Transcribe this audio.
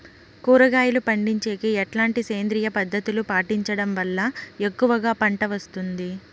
కూరగాయలు పండించేకి ఎట్లాంటి సేంద్రియ పద్ధతులు పాటించడం వల్ల ఎక్కువగా పంట వస్తుంది?